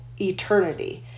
eternity